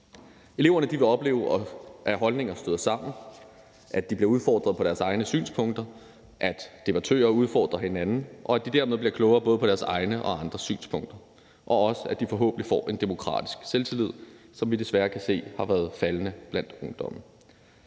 Eleverne vil opleve, at holdninger støder sammen, at de bliver udfordret på deres egne synspunkter, at debattører udfordrer hinanden, og at de dermed bliver klogere både på deres egne og andres synspunkter, og også, at de forhåbentlig får en demokratisk selvtillid, som vi desværre kan se har været faldende blandt ungdommen.